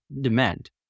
demand